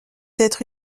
être